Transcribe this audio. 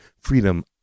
freedom